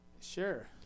Sure